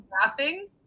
laughing